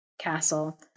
castle